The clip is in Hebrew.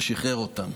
ושחרר אותם.